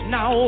Now